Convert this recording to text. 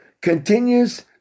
continues